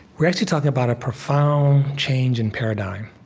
we're actually talking about a profound change in paradigm.